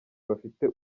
bafite